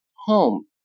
home